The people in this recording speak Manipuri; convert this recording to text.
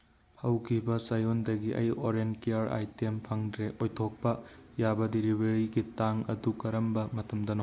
ꯍꯧꯈꯤꯕ ꯆꯌꯣꯜꯗꯒꯤ ꯑꯩ ꯑꯣꯔꯦꯟ ꯀꯤꯌꯔ ꯑꯥꯏꯇꯦꯝ ꯐꯪꯗ꯭ꯔꯦ ꯑꯣꯏꯊꯣꯛꯄ ꯌꯥꯕ ꯗꯤꯂꯤꯚꯔꯤꯒꯤ ꯇꯥꯡ ꯑꯗꯨ ꯀꯔꯝꯕ ꯃꯇꯝꯗꯅꯣ